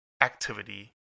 activity